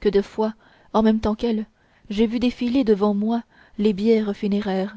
que de fois en même temps qu'elle j'ai vu défiler devant moi les bières funéraires